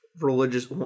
Religious